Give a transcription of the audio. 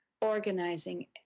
organizing